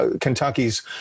Kentucky's